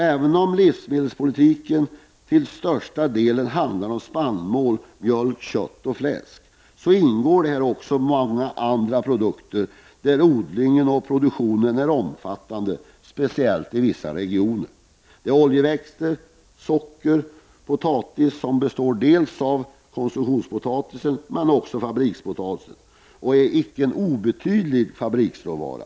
Även om livsmedelspolitiken till största delen handlar om spannmål, mjölk, kött och fläsk är också många andra produkter aktuella. Det gäller sådant som odlas och produceras i stor omfattning i vissa regioner. Det gäller oljeväxter, socker och potatis. Potatisen är dels konsumtionspotatis, dels fabrikspotatis, och den är en icke obetydlig fabriksvara.